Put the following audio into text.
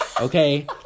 Okay